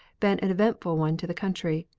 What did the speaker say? been an eventful one to the country.